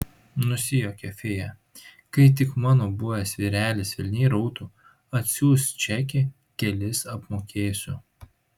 nusijuokė fėja kai tik mano buvęs vyrelis velniai rautų atsiųs čekį kelis apmokėsiu